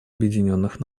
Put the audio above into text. объединенных